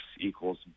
equals